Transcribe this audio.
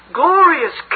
glorious